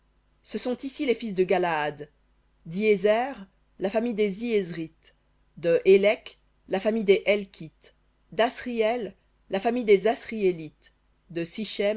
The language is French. ce sont ici les fils de galaad ihézer la famille des ihézrites de hélek la famille des helkites dasriel la famille des asriélites sichem